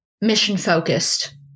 mission-focused